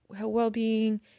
well-being